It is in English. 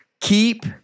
Keep